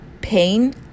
pain